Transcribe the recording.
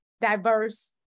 diverse